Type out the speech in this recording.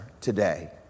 today